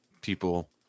people